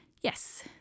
Yes